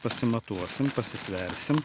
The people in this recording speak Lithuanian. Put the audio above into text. pasimatuosim pasisversim